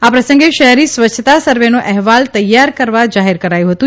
આ પ્રસંગે શહેરી સ્વચ્છતા સર્વેનો અહેવાલ તૈયાર કરવા જાહેર કરાયું હતું